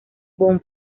von